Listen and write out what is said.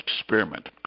experiment